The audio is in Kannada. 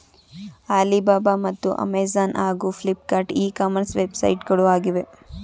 ಆಲಿಬಾಬ ಮತ್ತು ಅಮೆಜಾನ್ ಹಾಗೂ ಫ್ಲಿಪ್ಕಾರ್ಟ್ ಇ ಕಾಮರ್ಸ್ ವೆಬ್ಸೈಟ್ಗಳು ಆಗಿವೆ